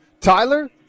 Tyler